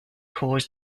caused